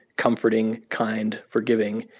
comforting, kind, forgiving.